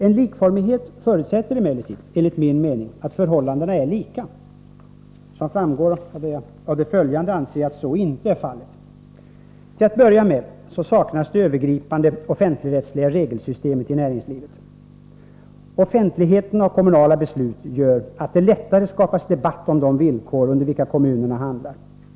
En likformighet förutsätter emellertid enligt min mening att förhållandena är lika. Som framgår av det följande anser jag att så inte är fallet. Till att börja med saknas ett övergripande offentligrättsligt regelsystem i näringslivet. Kommunala besluts offentlighet gör att det lättare skapas debatt om de villkor under vilka kommunerna handlar.